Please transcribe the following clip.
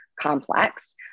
complex